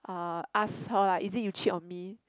uh ask her lah is it you cheat on me